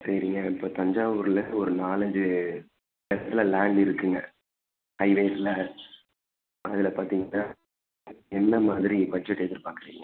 சரிங்க இப்போ தஞ்சாவூரில் ஒரு நாலஞ்சி இடத்துல லேண்ட் இருக்குதுங்க ஹைவேஸில் அதில் பார்த்தீங்கன்னா என்ன மாதிரி பட்ஜெட் எதிர்பார்க்கறிங்க